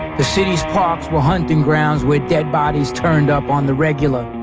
the city's parks were hunting grounds where dead bodies turned up on the regular.